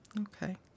Okay